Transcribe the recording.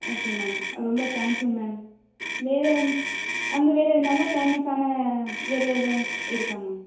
okay ma'am ரொம்ப thank you ma'am வேறு அங்கே வேறு நல்ல ஃபேமஸான வேறு எதுவும் இருக்கா மேம்